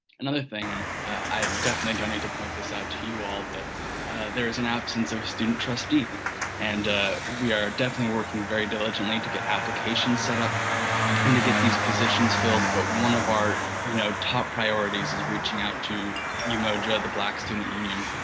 another thing and i definitely don't need to point this out to you all, but there is an absence of student trustee and we are definitely working very diligently to get applications set up and to get these positions filled, but one of our, you know, top priorities is reaching out to you know the black student union.